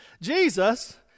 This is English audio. Jesus